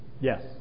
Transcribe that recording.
Yes